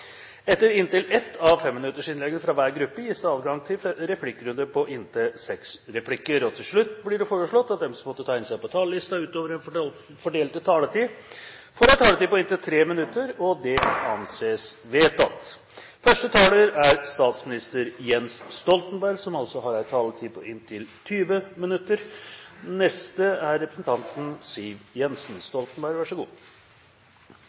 Etter justisministerens innlegg åpnes det for inntil seks replikker. Etter inntil ett av 5-minuttersinnleggene fra hver gruppe gis det adgang til en replikkrunde på inntil seks replikker. Til slutt blir det foreslått at de som måtte tegne seg på talerlisten utover de fordelte innlegg, får en taletid på inntil 3 minutter. – Det anses vedtatt. 22. juli satte Norge på en svært hard prøve. Få land er